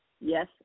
Yes